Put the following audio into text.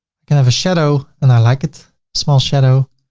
i can have a shadow and i like it small shadow.